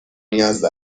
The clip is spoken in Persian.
نیاز